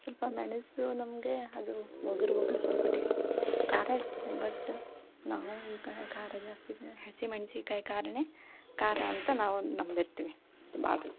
ಸ್ವಲ್ಪ ಮೆಣಸು ನಮಗೆ ಅದು ಒಗ್ರು ಒಗ್ರು ಸ್ವಲ್ಪ ಟೇಸ್ಟ್ ಖಾರ ಇರುತ್ತೆ ಬಟ್ ನಾವು ಈ ಕಡೆ ಖಾರ ಜಾಸ್ತಿ ತಿನ ಹಸಿ ಮೆಣ್ಸಿನ್ಕಾಯಿ ಖಾರನೇ ಖಾರ ಅಂತ ನಾವು ನಂಬಿರ್ತೀವಿ ಭಾಳ